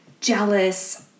jealous